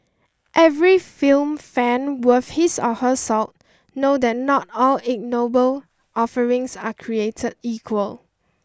every film fan worth his or her salt know that not all ignoble offerings are created equal